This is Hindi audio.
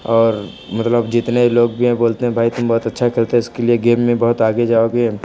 और मतलब जितने लोग भी हैं बोलते हैं भाई तुम बहुत अच्छा खेलते हो उसके लिए गेम में बहुत आगे जाओगे